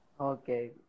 Okay